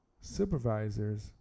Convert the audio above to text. supervisors